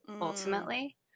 ultimately